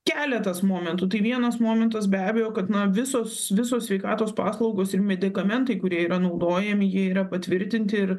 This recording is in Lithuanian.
keletas momentų tai vienas momentas be abejo kad na visos visos sveikatos paslaugos ir medikamentai kurie yra naudojami jie yra patvirtinti ir